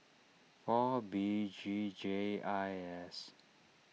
four B G J I S